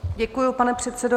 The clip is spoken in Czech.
Děkuji, pane předsedo.